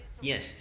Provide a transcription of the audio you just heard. Yes